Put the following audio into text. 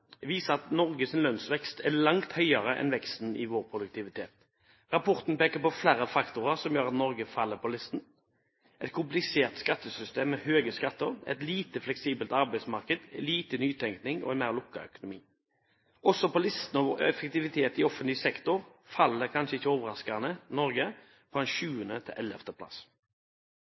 viser at Norges lønnsvekst er langt høyere enn veksten i vår produktivitet. Rapporten peker på flere faktorer som gjør at Norge faller på listen: et komplisert skattesystem med høye skatter, et lite fleksibelt arbeidsmarked, lite nytenkning og en mer lukket økonomi. Også på listen over effektivitet i offentlig sektor faller – kanskje ikke overraskende – Norge fra 7. til